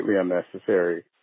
unnecessary